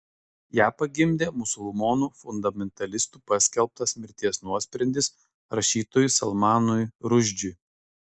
ją pagimdė musulmonų fundamentalistų paskelbtas mirties nuosprendis rašytojui salmanui rušdžiui